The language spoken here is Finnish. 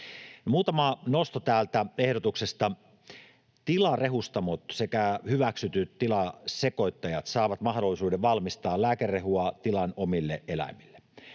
Muutama nosto täältä ehdotuksesta: Tilarehustamot sekä hyväksytyt tilasekoittajat saavat mahdollisuuden valmistaa lääkerehua tilan omille eläimille.